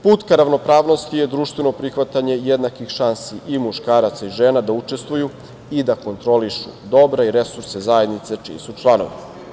Put ka ravnopravnosti je društveno prihvatanje jednakih šansi i muškaraca i žena da učestvuju i da kontrolišu dobra i resurse zajednice čiji su članovi.